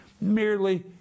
merely